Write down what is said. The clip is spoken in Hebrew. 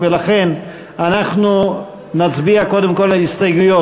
לכן אנחנו נצביע קודם כול על הסתייגויות.